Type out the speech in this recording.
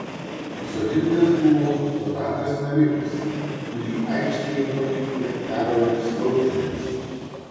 pasodintas buvo donatas navikas kurį aikštėje pakeitė karolis laukžemis